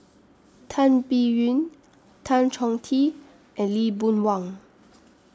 Tan Biyun Tan Chong Tee and Lee Boon Wang